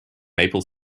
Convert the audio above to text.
maple